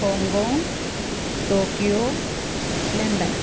Hong Kong Tokyo London